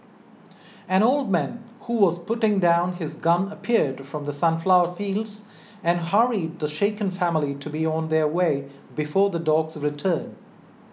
an old man who was putting down his gun appeared from the sunflower fields and hurried the shaken family to be on their way before the dogs return